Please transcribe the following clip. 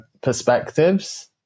perspectives